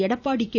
Edappadi K